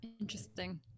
Interesting